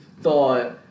thought